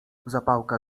zapałka